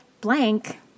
Blank